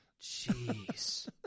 Jeez